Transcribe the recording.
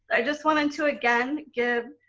i just wanted to again, give